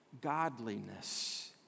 godliness